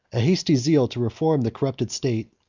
a hasty zeal to reform the corrupted state,